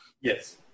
Yes